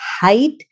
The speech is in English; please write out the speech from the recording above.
height